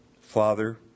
Father